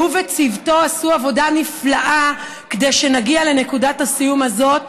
שהוא וצוותו עשו עבודה נפלאה כדי שנגיע לנקודת הסיום הזאת,